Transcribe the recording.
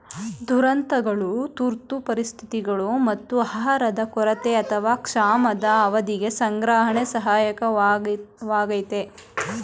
ದುರಂತಗಳು ತುರ್ತು ಪರಿಸ್ಥಿತಿಗಳು ಮತ್ತು ಆಹಾರದ ಕೊರತೆ ಅಥವಾ ಕ್ಷಾಮದ ಅವಧಿಗೆ ಸಂಗ್ರಹಣೆ ಸಹಾಯಕವಾಗಯ್ತೆ